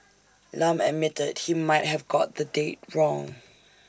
Lam admitted he might have got the date wrong